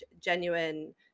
genuine